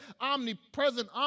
omnipresent